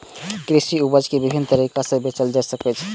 कृषि उपज कें विभिन्न तरीका सं बेचल जा सकै छै